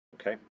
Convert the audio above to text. okay